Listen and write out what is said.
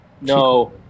No